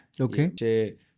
Okay